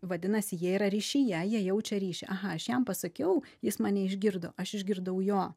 vadinasi jie yra ryšyje jie jaučia ryšį aha aš jam pasakiau jis mane išgirdo aš išgirdau jo